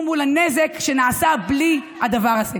מול הנזק שנעשה בלי הדבר הזה.